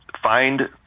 Find